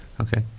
Okay